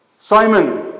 Simon